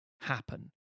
happen